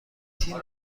تیم